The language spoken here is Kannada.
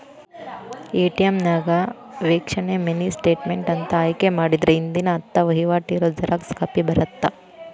ಎ.ಟಿ.ಎಂ ನ್ಯಾಗ ವೇಕ್ಷಣೆ ಮಿನಿ ಸ್ಟೇಟ್ಮೆಂಟ್ ಅಂತ ಆಯ್ಕೆ ಮಾಡಿದ್ರ ಹಿಂದಿನ ಹತ್ತ ವಹಿವಾಟ್ ಇರೋ ಜೆರಾಕ್ಸ್ ಕಾಪಿ ಬರತ್ತಾ